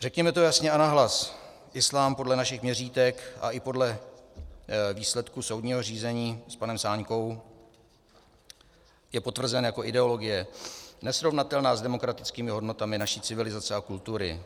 Řekněme to jasně a nahlas: Islám podle našich měřítek a i podle výsledků soudního řízení s panem Sáňkou je potvrzen jako ideologie nesrovnatelná s demokratickými hodnotami naší civilizace a kultury.